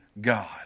God